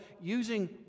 using